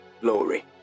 Glory